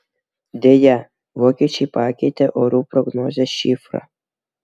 deja vokiečiai pakeitė orų prognozės šifrą